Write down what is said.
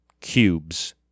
cubes